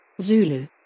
Zulu